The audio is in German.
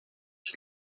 ich